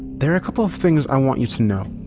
there are a couple things i want you to know.